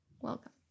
Welcome